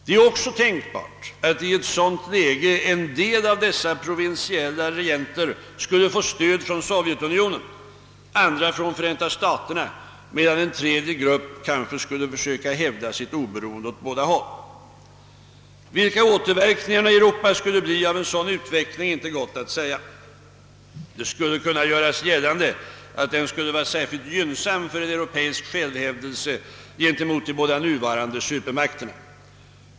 Det är också tänkbart att i ett sådant läge en del av dessa provinsiella regenter skulle få stöd från Sovjetunionen, andra från Förenta staterna, medan en tredje grupp kanske skulle försöka hävda sitt oberoende åt båda håll. Vilka återverkningarnai Europa skulle bli av en sådan utveckling är inte gott att säga. Det skulle kunna göras gällande att den skulle vara särskilt gynnsam för en europeisk självhävdelse gentemot de båda nuvarande supermakterna.